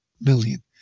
million